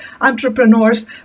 entrepreneurs